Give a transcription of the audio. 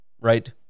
Right